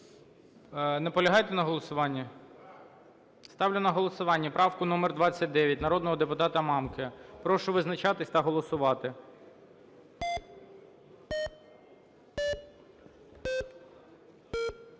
Наполягаєте на голосуванні? Ставлю на голосування правку номер 29 народного депутата Мамки. Прошу визначатись та голосувати. 13:07:57